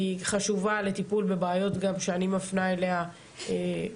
היא חשובה בטיפול גם בבעיות שאני מפנה אליה פרטיות,